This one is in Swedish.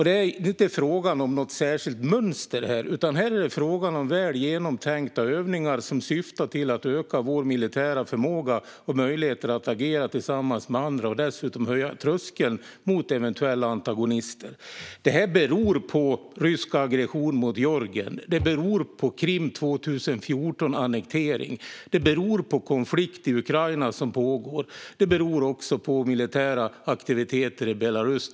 Det är inte frågan om något särskilt mönster här, utan här är det frågan om väl genomtänkta övningar som syftar till att öka vår militära förmåga och våra möjligheter att agera tillsammans med andra och dessutom till att höja tröskeln mot eventuella antagonister. Det här beror på rysk aggression mot Georgien. Det beror på annektering av Krim 2014. Det beror på konflikt i Ukraina som pågår. Det beror också på militära aktiviteter Belarus.